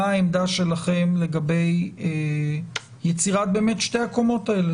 מה העמדה שלכם לגבי יצירת שתי הקומות האלה.